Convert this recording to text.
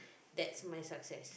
that's my success